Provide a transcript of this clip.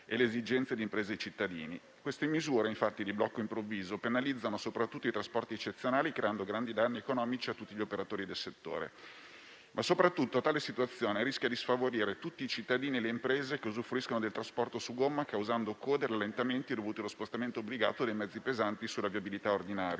e le esigenze di imprese e cittadini. Queste misure di blocco improvviso penalizzano infatti soprattutto i trasporti eccezionali, creando grandi danni economici a tutti gli operatori del settore. Tale situazione però rischia soprattutto di sfavorire tutti i cittadini e le imprese che usufruiscono del trasporto su gomma, causando code e rallentamenti dovuti allo spostamento obbligato dei mezzi pesanti sulla viabilità ordinaria.